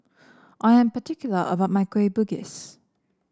I am particular about my Kueh Bugis